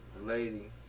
lady